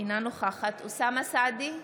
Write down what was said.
אינה נוכחת אוסאמה סעדי,